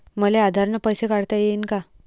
मले आधार न पैसे काढता येईन का?